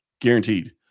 guaranteed